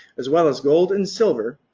as well as gold and silver,